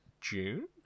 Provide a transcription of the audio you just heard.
June